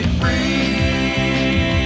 free